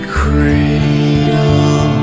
cradle